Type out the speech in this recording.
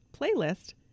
playlist